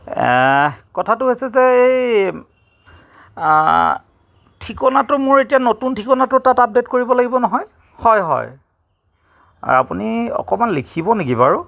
এহ্ কথাটো হৈছে যে এই আঁ ঠিকনাটো মোৰ এতিয়া নতুন ঠিকনাটো তাত আপডে'ট কৰিব লাগিব নহয় হয় হয় আপুনি অকণমান লিখিব নেকি বাৰু